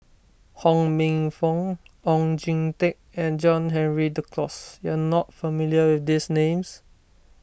Ho Minfong Oon Jin Teik and John Henry Duclos you are not familiar with these names